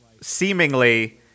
seemingly